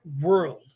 world